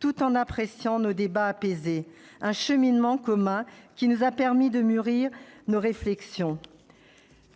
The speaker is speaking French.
tout en appréciant nos débats apaisés. C'est un cheminement commun qui nous a permis de mûrir nos réflexions.